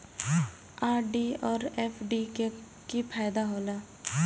RD और FD के का फायदा हौला?